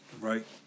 right